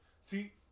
See